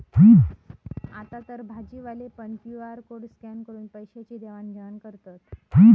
आतातर भाजीवाले पण क्यु.आर कोड स्कॅन करून पैशाची देवाण घेवाण करतत